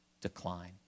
decline